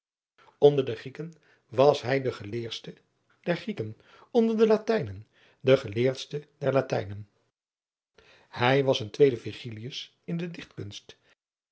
nder de rieken was hij de geleerste der rieken onder de atijnen de geleerdste der atijnen ij was een tweede in de ichtkunst ij